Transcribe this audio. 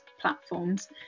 platforms